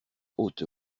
haute